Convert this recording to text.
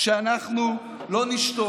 רגע, טירוף זה